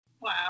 wow